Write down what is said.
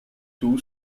two